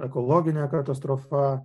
ekologinė katastrofa